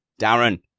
Darren